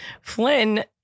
Flynn